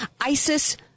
ISIS-